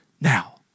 now